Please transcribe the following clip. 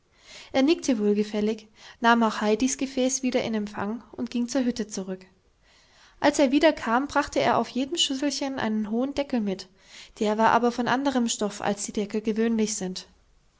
er nickte wohlgefällig nahm auch heidis gefäß wieder in empfang und ging zur hütte zurück als er wiederkam brachte er auf jedem schüsselchen einen hohen deckel mit der war aber von anderem stoff als die deckel gewöhnlich sind